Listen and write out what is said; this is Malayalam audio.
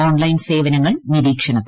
ഓൺലൈൻ സേവനങ്ങൾ നിരീക്ഷണത്തിൽ